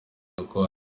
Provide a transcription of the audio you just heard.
ariko